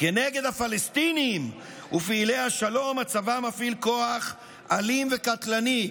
כנגד הפלסטינים ופעילי השלום הצבא מפעיל כוח אלים וקטלני.